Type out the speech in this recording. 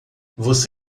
você